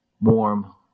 Warm